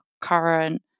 current